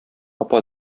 апа